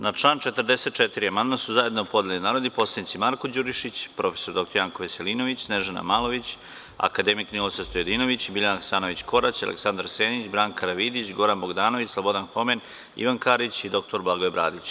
Na član 44. amandman su zajedno podneli narodni poslanici Marko Đurišić, prof. dr Janko Veselinović, Snežana Malović, akademik Ninoslav Stojadinović, Biljana Hasanović Korać, Aleksandar Senić, Branka Karavidić, Goran Bogdanović, Slobodan Homen, Ivan Karić i dr Blagoje Bradić.